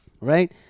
Right